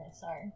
sorry